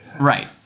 Right